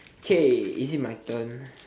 okay is it my turn